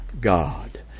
God